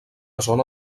zona